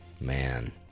Man